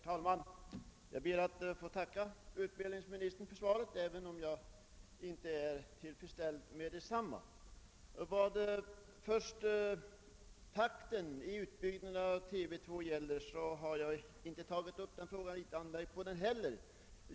Herr talman! Jag ber att få tacka utbildningsministern för svaret även om jag inte är tillfredsställd med det. Beträffande takten i utbyggnaden av TV 2 har jag inte tagit upp detta och inte heller riktat någon anmärkning mot den.